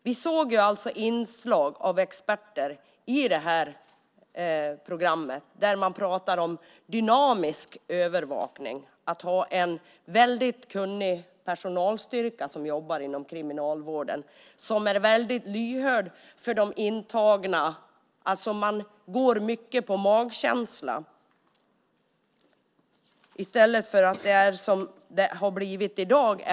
Vi såg inslag i tv-programmet där experter pratade om dynamisk övervakning. Man skulle ha en väldigt kunnig personalstyrka i kriminalvården som är väldigt lyhörd för de intagna. Man går mycket på magkänsla i stället för att det är som det har blivit i dag.